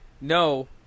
no